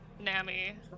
Nami